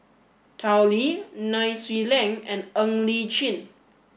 Tao Li Nai Swee Leng and Ng Li Chin